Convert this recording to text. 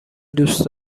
دوست